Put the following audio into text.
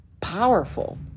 powerful